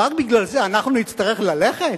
רק בגלל זה אנחנו נצטרך ללכת?